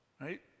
right